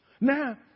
Now